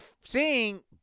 seeing